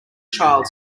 child